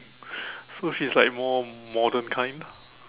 so she's like more modern kind